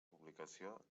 publicació